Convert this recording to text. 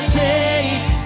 take